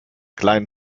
kleinen